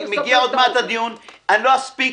עוד מעט מגיע הדיון, אני לא אספיק.